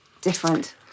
different